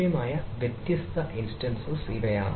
ലഭ്യമായ വ്യത്യസ്ത ഇൻസ്റ്റൻസസ് ഇവയാണ്